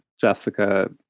Jessica